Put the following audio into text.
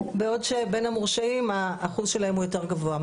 בעוד שבין המורשעים האחוז שלהם הוא יותר גבוה,